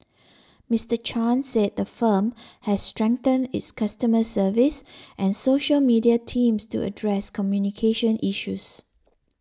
Mister Chan said the firm has strengthened its customer service and social media teams to address communication issues